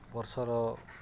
ବର୍ଷର